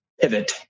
pivot